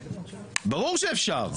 ברור שאפשר.